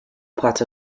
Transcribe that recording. pot